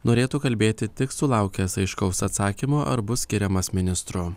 norėtų kalbėti tik sulaukęs aiškaus atsakymo ar bus skiriamas ministru